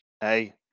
Hey